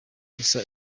gusa